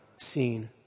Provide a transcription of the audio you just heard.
seen